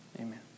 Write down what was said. Amen